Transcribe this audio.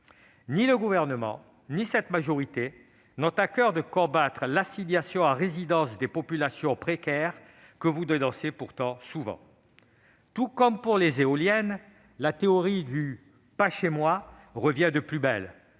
Ni le Gouvernement ni la majorité n'ont à coeur de combattre l'assignation à résidence des populations précaires qu'ils dénoncent pourtant souvent. Tout comme pour les éoliennes, la théorie du « pas chez moi » revient de plus belle